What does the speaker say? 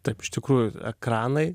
taip iš tikrųjų ekranai